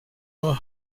januar